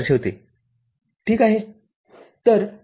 ६६ volt मर्यादित स्थिती आहे ज्याबद्दल आपण बोलत आहोत आणि हे येथे ०